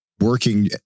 working